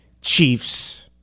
Chiefs